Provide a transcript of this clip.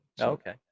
Okay